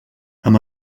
amb